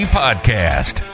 podcast